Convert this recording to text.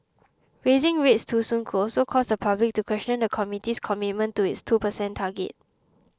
raising rates too soon could also cause the public to question the committee's commitment to its two percent target